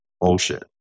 bullshit